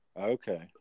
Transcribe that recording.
Okay